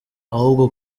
ahubwo